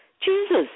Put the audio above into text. Jesus